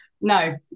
No